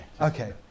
okay